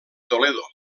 toledo